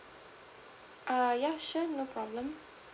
err yeah sure no problem